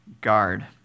guard